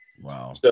Wow